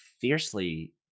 fiercely